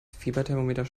fieberthermometer